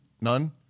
none